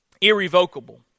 irrevocable